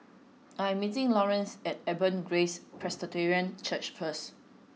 I am meeting Laurance at Abundant Grace Presbyterian Church first